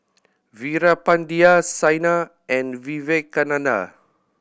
Veerapandiya Saina and Vivekananda